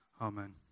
Amen